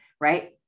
right